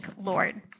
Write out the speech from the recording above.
Lord